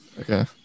Okay